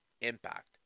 Impact